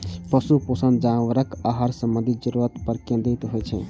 पशु पोषण जानवरक आहार संबंधी जरूरत पर केंद्रित होइ छै